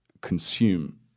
consume